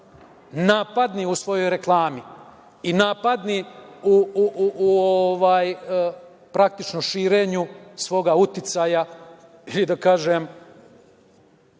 napadni u svojoj reklami i napadni u, praktično, širenju svog uticaja ili, da kažem,